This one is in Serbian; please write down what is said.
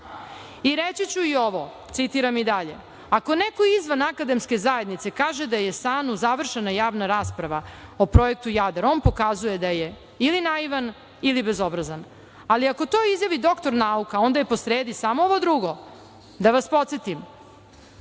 SANU.Reći ću i ovo, citiram i dalje, ako neko izvan akademske zajednice kaže da je SANU završena javna rasprava o projektu Jadar, on pokazuje da je ili naivan ili bezobrazan, ali ako to izjavi doktor nauka, onda je po sredi samo ovo drugo. Da vas podsetim,